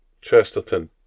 Chesterton